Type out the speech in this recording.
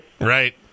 Right